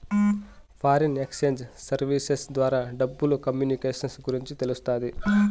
foreign exchange services ద్వారా డబ్బులు communications గురించి తెలుస్తాది